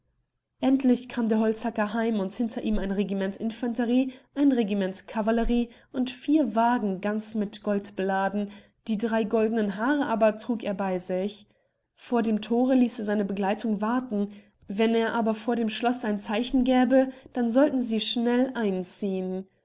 endlich kam der holzhacker heim und hinter ihm ein regiment infanterie ein regiment cavallerie und vier wagen ganz mit gold beladen die drei goldenen haare aber trug er bei sich vor dem thore hieß er seine begleitung warten wenn er aber von dem schloß ein zeichen gäbe dann sollten sie schnell einziehen